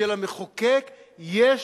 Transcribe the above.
שלמחוקק יש